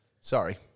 sorry